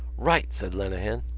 right! said lenehan.